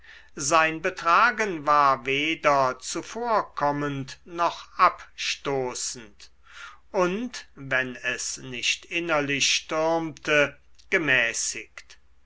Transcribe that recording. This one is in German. sein betragen war weder zuvorkommend noch abstoßend und wenn es nicht innerlich stürmte gemäßigt